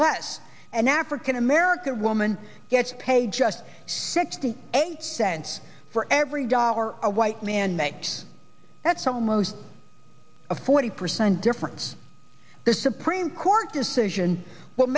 less an african american woman gets paid just sixty eight cents for every dollar a white man makes and so most of the forty percent difference the supreme court decision w